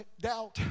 doubt